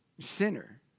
sinner